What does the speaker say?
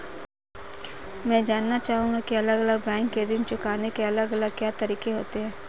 मैं जानना चाहूंगा की अलग अलग बैंक के ऋण चुकाने के अलग अलग क्या तरीके होते हैं?